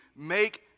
Make